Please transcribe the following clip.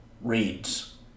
reads